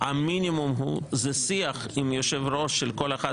המינימום הוא שיח עם יושב ראש של כל אחת